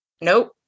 Nope